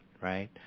right